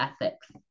ethics